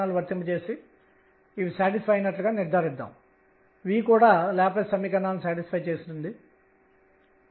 మనము |Lz|≤L అని కనుగొన్నందున ఇది తప్పనిసరిగా n ≤kℏ ని సూచిస్తుంది